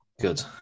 Good